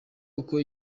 uko